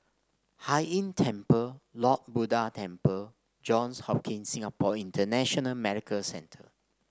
Hai Inn Temple Lord Buddha Temple Johns Hopkins Singapore International Medical Centre